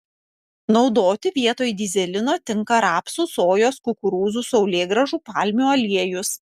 naudoti vietoj dyzelino tinka rapsų sojos kukurūzų saulėgrąžų palmių aliejus